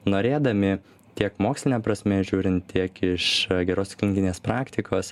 norėdami tiek moksline prasme žiūrint tiek iš gerosios klinikinės praktikos